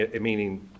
Meaning